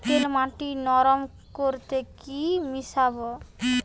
এঁটেল মাটি নরম করতে কি মিশাব?